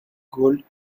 gold